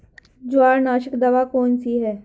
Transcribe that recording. जवार नाशक दवा कौन सी है?